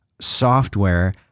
software